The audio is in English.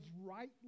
rightly